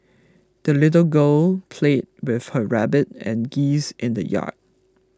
the little girl played with her rabbit and geese in the yard